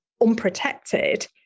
unprotected